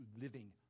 living